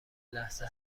لحظه